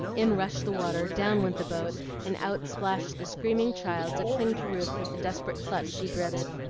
in rushed the water, down went the boat, and out splashed the screaming child to cling to ruth with the desperate clutch she dreaded.